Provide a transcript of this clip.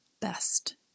best